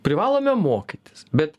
privalome mokytis bet